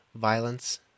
violence